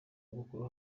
bukuru